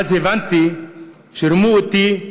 ואז הבנתי שרימו אותי,